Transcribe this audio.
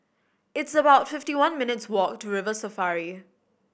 it's about fifty one minutes' walk to River Safari